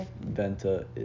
Venta